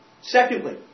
Secondly